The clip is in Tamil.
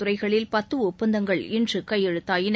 துறைகளில் பத்து ஒப்பந்தங்கள் இன்று கையெழுத்தாகின